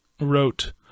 wrote